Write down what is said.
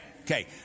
Okay